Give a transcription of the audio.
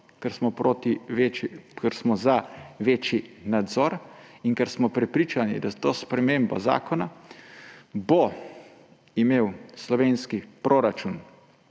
ker smo za večji nadzor in ker smo prepričani, da s to spremembo zakona bo imel slovenski proračun